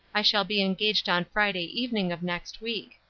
i shall be engaged on friday evening of next week.